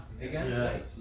again